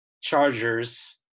Chargers